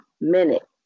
minute